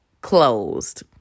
closed